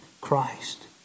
Christ